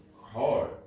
hard